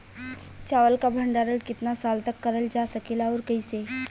चावल क भण्डारण कितना साल तक करल जा सकेला और कइसे?